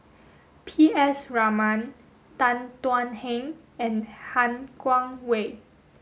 P S Raman Tan Thuan Heng and Han Guangwei